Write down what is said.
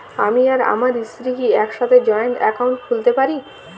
আমি আর আমার স্ত্রী কি একসাথে জয়েন্ট অ্যাকাউন্ট খুলতে পারি?